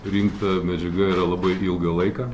rinkta medžiaga yra labai ilgą laiką